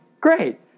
great